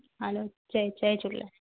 हलो जय जय झूलेलाल